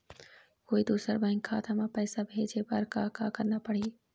कोई दूसर बैंक खाता म पैसा भेजे बर का का करना पड़ही?